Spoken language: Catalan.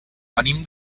venim